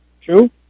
True